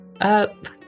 up